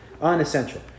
unessential